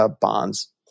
bonds